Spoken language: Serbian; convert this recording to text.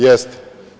Jeste.